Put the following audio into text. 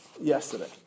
yesterday